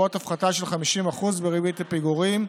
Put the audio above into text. לרבות הפחתה של 50% בריבית הפיגורים,